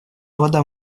вода